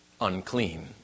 unclean